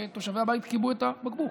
ותושבי הבית כיבו את הבקבוק.